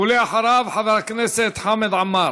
ואחריו, חבר הכנסת חמד עמאר.